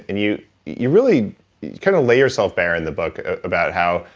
and you you really kinda lay yourself bare in the book about how,